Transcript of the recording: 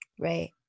Right